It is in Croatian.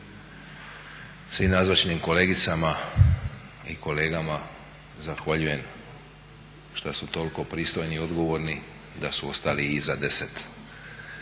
Svi nazočnim kolegicama i kolegama zahvaljujem što su toliko pristojni i odgovorni da su ostali i iza 10